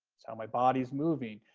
it's how my body is moving.